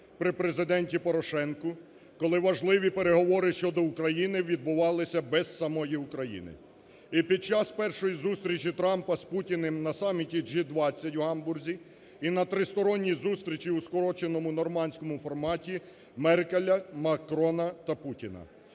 при Президенті Порошенку, коли важливі переговори щодо України відбувалися без самої України. І під час першої зустрічі Трампа з Путіним на саміті G20 у Гамбурзі і на трьохсторонній зустрічі, у скороченому "нормандському форматі" Меркель, Макрона та Путіна.